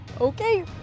Okay